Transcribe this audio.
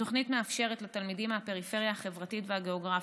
התוכנית מאפשרת לתלמידים מהפריפריה החברתית והגיאוגרפית,